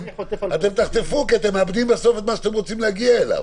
אתם תחטפו כי אתם מאבדים בסוף את מה שאתם רוצים להגיע אליו,